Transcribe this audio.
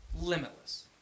Limitless